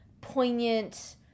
poignant